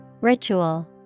Ritual